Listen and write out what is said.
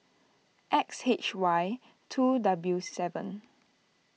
X H Y two W seven